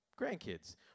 grandkids